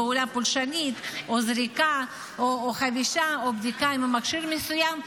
פעולה פולשנית או זריקה או חבישה או בדיקה עם מכשיר מסוים.